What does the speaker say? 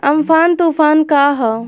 Amphan तुफान का ह?